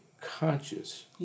conscious